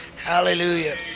Hallelujah